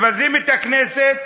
מבזים את הכנסת,